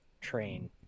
train